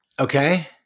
Okay